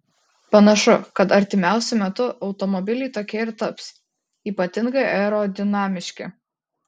panašu kad artimiausiu metu automobiliai tokie ir taps ypatingai aerodinamiški